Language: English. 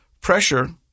pressure